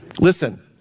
Listen